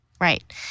right